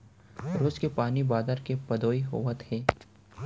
रोज के पानी बादर के पदोई होवत हे